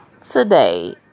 today